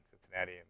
Cincinnati